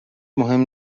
مهم